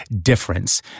difference